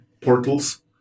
portals